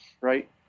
right